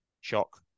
shock